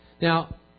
Now